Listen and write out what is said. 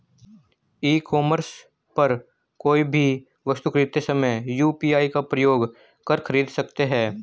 ई commerce पर कोई भी वस्तु खरीदते समय यू.पी.आई का प्रयोग कर खरीद सकते हैं